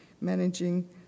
managing